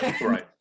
right